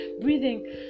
Breathing